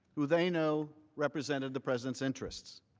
who they know represented the president's interests.